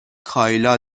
کایلا